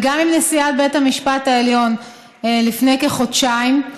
וגם עם נשיאת בית המשפט העליון, לפני כחודשיים.